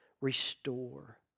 restore